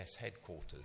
headquarters